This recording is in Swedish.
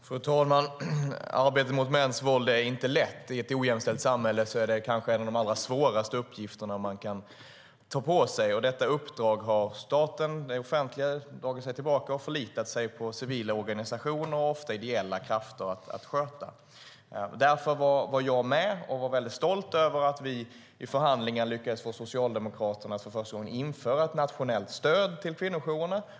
Fru talman! Arbetet mot mäns våld är inte lätt. I ett ojämställt samhälle är det kanske en av de svåraste uppgifter man kan ta på sig. Detta uppdrag har staten, det offentliga, dragit sig tillbaka från och förlitat sig på civila organisationer, ofta ideella krafter, att sköta. Därför var jag med och var väldigt stolt över att vi i förhandlingen lyckades få Socialdemokraterna att för första gången införa ett nationellt stöd till kvinnojourerna.